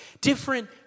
different